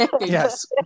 yes